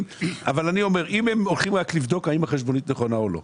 אני אומר שאם הם הולכים רק לבדוק האם החשבונית נכונה או לא,